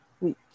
week